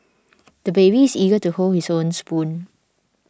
the baby is eager to hold his own spoon